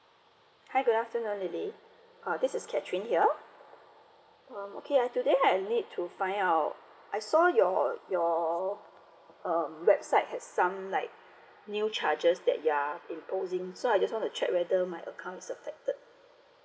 hi good afternoon lily uh this is katherine here mm okay ah today I need to find out I saw your your um website have some like new charges that you are imposing so I just want to check whether my account is affected